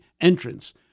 entrance